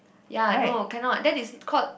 ya no cannot that is called